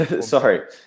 Sorry